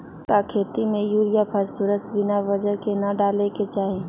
का खेती में यूरिया फास्फोरस बिना वजन के न डाले के चाहि?